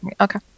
Okay